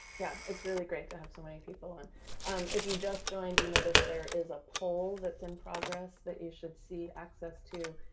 yeah, it's really great to have so many people, and if you just joined, you notice there is a poll that's in progress that you should see access to.